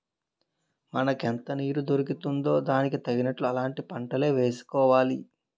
మనకెంత నీరు దొరుకుతుందో దానికి తగినట్లు అలాంటి పంటలే వేసుకోవాలి